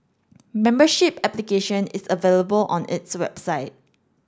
membership application is available on its website